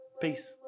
Peace